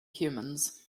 humans